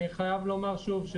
אני חייב לומר שוב,